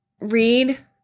read